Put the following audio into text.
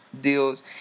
deals